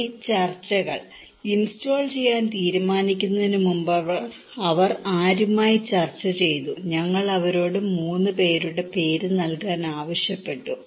ഇനി ചർച്ചകൾ ഇൻസ്റ്റാൾ ചെയ്യാൻ തീരുമാനിക്കുന്നതിന് മുമ്പ് അവർ ആരുമായി ചർച്ച ചെയ്തു ഞങ്ങൾ അവരോട് 3 പേരുടെ പേര് നൽകാൻ ആവശ്യപ്പെട്ടു